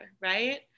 right